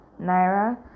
naira